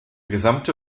gesamte